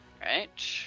Right